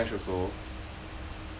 with cash also